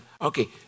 okay